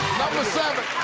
number seven.